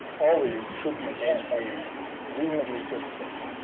always should be in a reasonably good state.